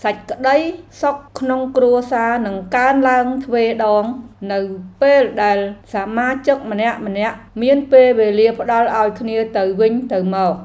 សេចក្តីសុខក្នុងគ្រួសារនឹងកើនឡើងទ្វេដង នៅពេលដែលសមាជិកម្នាក់ៗមានពេលវេលាផ្តល់ឱ្យគ្នាទៅវិញទៅមក។